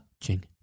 touching